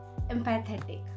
empathetic